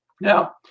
Now